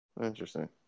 Interesting